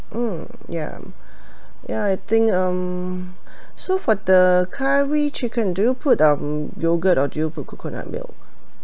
mm ya ya I think um so for the curry chicken do you put um yogurt or do you put coconut milk